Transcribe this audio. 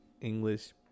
English